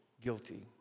guilty